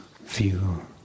view